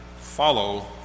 follow